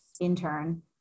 intern